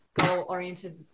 goal-oriented